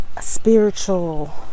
spiritual